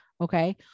okay